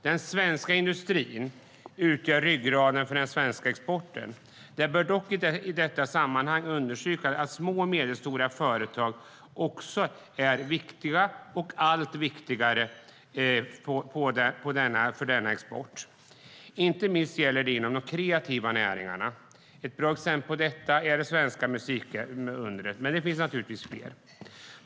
Den svenska industrin utgör ryggraden för den svenska exporten. Det bör dock i detta sammanhang understrykas att små och medelstora företag också är viktiga, och blir allt viktigare, för exporten. Särskilt gäller det de kreativa näringarna. Ett bra exempel på det är det svenska musikundret, men det finns naturligtvis fler.